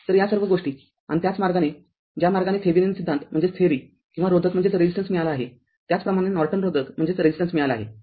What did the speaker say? तर तर या सर्व गोष्टी आणि त्याच मार्गाने ज्या मार्गाने थेविनिन सिद्धांत किंवा रोधक मिळाला आहे त्याचप्रमाणे नॉर्टन रोधक मिळाला आहे